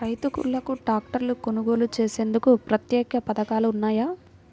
రైతులకు ట్రాక్టర్లు కొనుగోలు చేసేందుకు ప్రత్యేక పథకాలు ఉన్నాయా?